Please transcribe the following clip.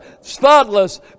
Spotless